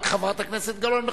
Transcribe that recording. רק חברת הכנסת גלאון.